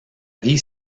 vie